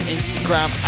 Instagram